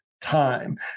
time